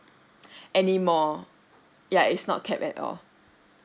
anymore ya it's not capped at all